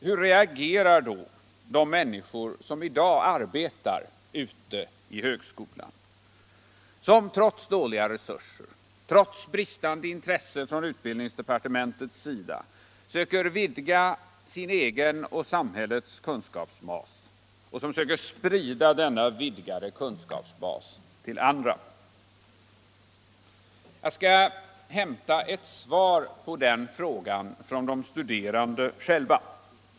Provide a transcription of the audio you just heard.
Hur reagerar då de människor som i dag arbetar ute i högskolan — som trots dåliga resurser, trots bristande intresse från utbildningsdepartementets sida söker vidga sin egen och samhällets kunskapsbas och som söker sprida denna vidgade kunskapsbas till andra? Jag skall hämta ett svar på den frågan från de studerande själva.